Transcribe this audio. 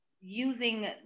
using